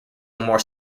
more